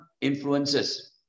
influences